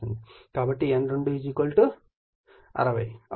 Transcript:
కాబట్టి N2 60 అవుతుంది